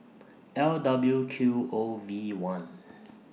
L W Q O V one